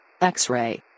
X-ray